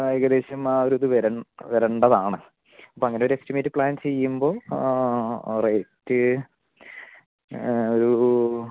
ഏകദേശം ആ ഒരിത് വരേണ്ടതാണ് അപ്പോൾ അങ്ങനെയൊരു എസ്റ്റിമേറ്റ് പ്ലാൻ ചെയ്യുമ്പോൾ റേറ്റ് ഒരൂ